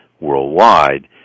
worldwide